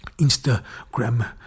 Instagram